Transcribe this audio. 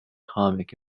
comic